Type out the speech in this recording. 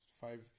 Five